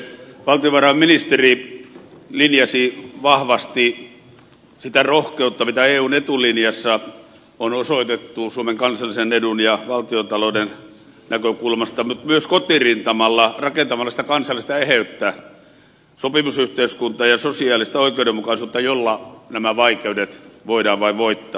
valtiovarainministeri linjasi vahvasti sitä rohkeutta mitä eun etulinjassa on osoitettu suomen kansallisen edun ja valtionta louden näkökulmasta mutta myös kotirintamalla rakentamalla sitä kansallista eheyttä sopimusyhteiskuntaa ja sosiaalista oikeudenmukaisuutta jolla nämä vaikeudet vain voidaan voittaa